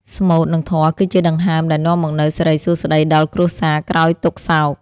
ស្មូត និងធម៌គឺជាដង្ហើមដែលនាំមកនូវសិរីសួស្ដីដល់គ្រួសារក្រោយទុក្ខសោក។